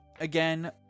again